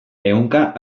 ehunka